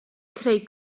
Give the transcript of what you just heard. creu